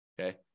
okay